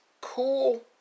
cool